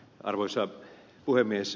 arvoisa puhemies